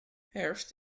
herfst